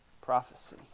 Prophecy